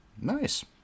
Nice